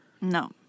No